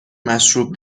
مشروب